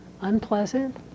unpleasant